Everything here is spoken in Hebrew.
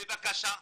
בבקשה,